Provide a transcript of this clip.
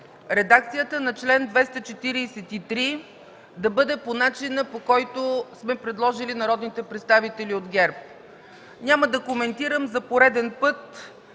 редакцията на чл. 243 да бъде по начина, по който сме го предложили ние, народните представители от ГЕРБ. Няма да коментирам. За пореден път